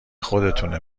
خودتونه